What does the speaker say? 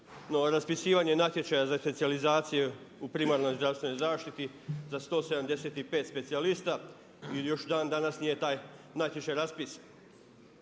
raspisivanje natječaja za specijalizaciju u primarnoj zdravstvenoj zaštiti za 175 specijalista i još dan danas nije taj natječaj raspisan.